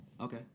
Okay